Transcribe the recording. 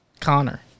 Connor